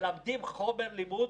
הם מלמדים חומר לימוד